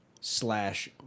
slash